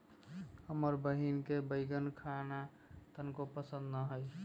हमर बहिन के बईगन खाना तनको पसंद न हई